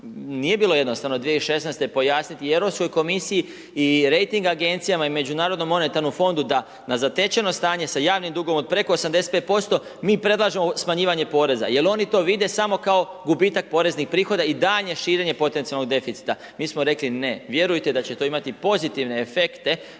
nije bilo jednostavno 2016. pojasniti Europskoj komisiji i rejting agencijama i međunarodnom monetarnom fondu da na zatečeno stanje sa javnim dugom od preko 85% mi predlažemo smanjivanje poreza jer oni to vide samo kao gubitak poreznih prihoda i daljnje širenje potencijalnog deficita. Mi smo rekli ne, vjerujte da će to imati pozitivne efekte